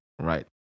Right